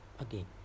again